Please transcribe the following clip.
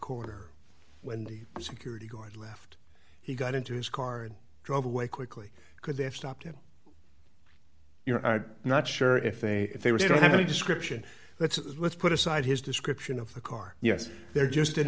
corner when the security guard left he got into his car and drove away quickly could they have stopped him you know i'm not sure if they if they would have a description let's let's put aside his description of the car yes they're just in